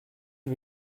pas